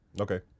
Okay